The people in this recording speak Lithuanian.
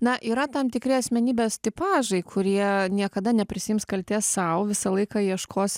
na yra tam tikri asmenybės tipažai kurie niekada neprisiims kaltės sau visą laiką ieškos